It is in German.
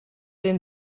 den